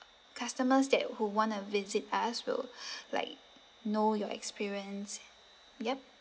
customers that who wanna visit us will like know your experience yup